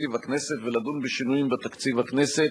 תקציב הכנסת ולדון בשינויים בתקציב הכנסת,